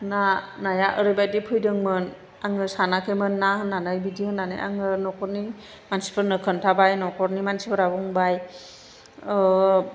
ना नाया ओरैबायदि फैदोंमोन आङो सानाखैमोन ना होननानै बिदि होननानै आङो न'खरनि मानसिफोरनो खोन्थाबाय न'खरनि मानसिफोरा बुंबाय